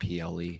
PLE